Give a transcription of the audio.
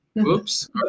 Oops